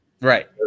Right